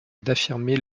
d’affirmer